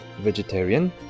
vegetarian